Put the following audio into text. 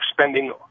spending